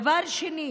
דבר שני,